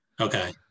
Okay